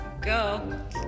go